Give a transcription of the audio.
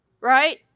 right